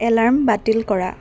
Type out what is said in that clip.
alarm বাতিল কৰা